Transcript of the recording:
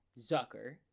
Zucker